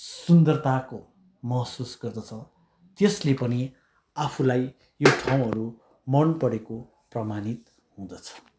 सुन्दरताको महसुस गर्दछ त्यसले पनि आफूलाई यो ठाउँहरू मनपरेको प्रमाणित हुँदछ